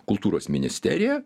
kultūros ministerija